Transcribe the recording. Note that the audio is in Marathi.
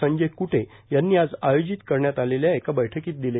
संजय कटे यांनी आज आयोजित करण्यात आलेल्या बैठकीत दिले